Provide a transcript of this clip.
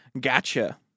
gotcha